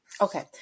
Okay